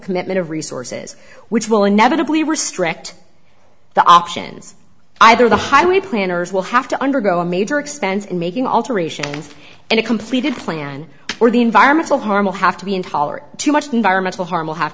commitment of resources which will inevitably restrict the options either the highway planners will have to undergo a major expense in making alterations and a completed plan or the environmental harm will have to be intolerant too much environmental harm will have